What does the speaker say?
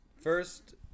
first